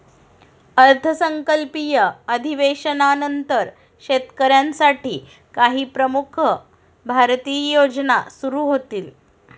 अर्थसंकल्पीय अधिवेशनानंतर शेतकऱ्यांसाठी काही प्रमुख भारतीय योजना सुरू होतील